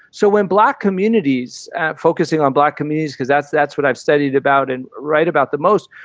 so when black communities focusing on black communities, because that's that's what i've studied about and write about the most,